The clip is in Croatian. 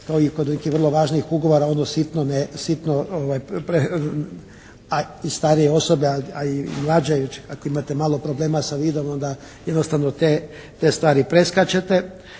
kao i kod nekih vrlo važnih ugovora ono sitno ne, sitno, a i starije osobe, a i mlađe ako imate malo problema sa vidom onda jednostavno te stvari preskačete.